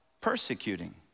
persecuting